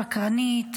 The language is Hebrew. סקרנית,